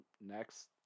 next